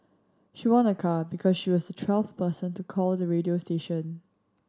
she won a car because she was twelfth person to call the radio station